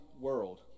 World